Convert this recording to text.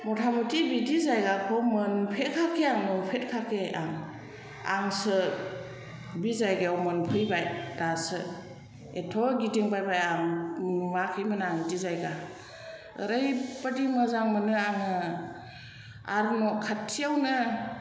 मथा मथि बिदि जायगाखौ मोनफेथखायाखै आं नुफेथखायाखै आं आंसो बि जायगायाव मोनफैबाय दासो एथ' गिदिं बायबाय आं नुआखैमोन आं बिदि जायगा ओरैबादि मोजां मोनो आङो आरो न' खाथियावनो